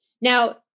Now